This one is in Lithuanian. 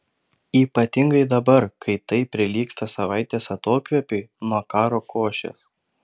ypatingai dabar kai tai prilygsta savaitės atokvėpiui nuo karo košės